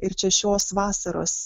ir čia šios vasaros